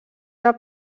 era